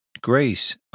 Grace